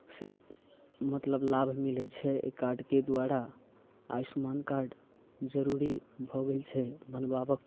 से मतलब लाभ मिलैत छै एहि कार्डके द्वारा आयुष्मान कार्ड जरूरी भऽ गेल छै बनबाबक